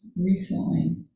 recently